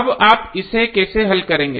अब आप इसे कैसे हल करेंगे